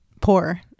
Poor